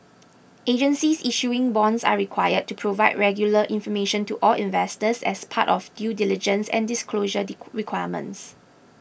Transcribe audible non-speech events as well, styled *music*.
agencies issuing bonds are required to provide regular information to all investors as part of due diligence and disclosure *unintelligible* requirements